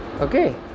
okay